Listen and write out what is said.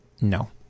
No